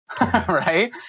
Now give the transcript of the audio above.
Right